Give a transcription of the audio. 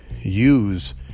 use